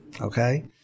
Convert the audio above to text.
okay